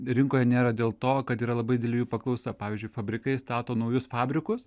rinkoje nėra dėl to kad yra labai didelė jų paklausa pavyzdžiui fabrikai stato naujus fabrikus